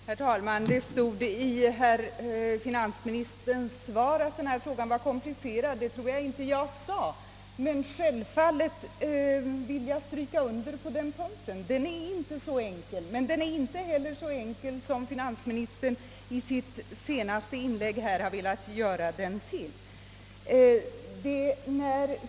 Herr talman! Finansministern framhöll i sitt svar att denna fråga var komplicerad. Jag tror att jag för min del inte nämnde detta, men självfallet vill jag understryka att denna punkt inte är enkel. Men den är inte heller så enkel som finansministern i sitt senaste inlägg velat göra den till.